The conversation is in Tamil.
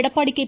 எடப்பாடி கே